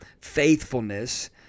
faithfulness